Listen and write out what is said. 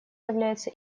является